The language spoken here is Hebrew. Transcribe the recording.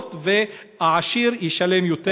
והעשיר ישלם יותר.